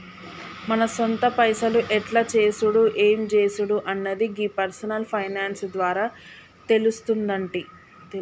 మన సొంత పైసలు ఎట్ల చేసుడు ఎం జేసుడు అన్నది గీ పర్సనల్ ఫైనాన్స్ ద్వారా తెలుస్తుందంటి